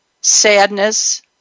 sadness